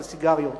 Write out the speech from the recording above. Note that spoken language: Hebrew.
של סיגריות.